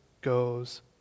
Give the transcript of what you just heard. goes